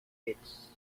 pits